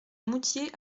moutier